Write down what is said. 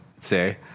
say